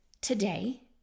today